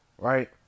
Right